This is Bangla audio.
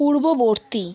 পূর্ববর্তী